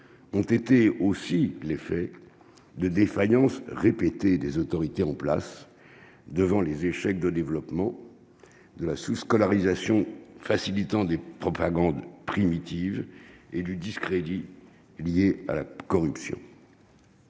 ont été aussi l'effet de défaillances répétées des autorités en place devant les échecs de développement de la sous scolarisation facilitant de propagande primitive et du discrédit lié à la corruption.